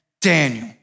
Daniel